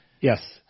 Yes